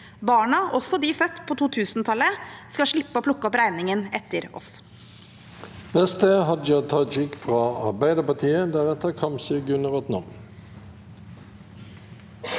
Barna, også de som er født på 2000-tallet, skal slippe å plukke opp regningen etter oss.